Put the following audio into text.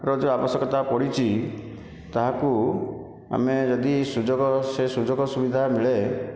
ର ଯେଉଁ ଅବଶକ୍ୟତା ପଡ଼ିଛି ତାହାକୁ ଆମେ ଯଦି ସୁଯୋଗ ସେ ସୁଯୋଗ ସୁବିଧା ମିଳେ